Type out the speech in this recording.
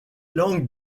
langues